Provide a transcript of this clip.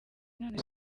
none